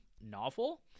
novel